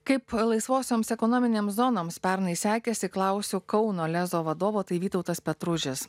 kaip laisvosioms ekonominėms zonoms pernai sekėsi klausiu kauno lezo vadovo tai vytautas petružis